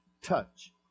Touch